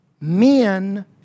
men